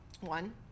One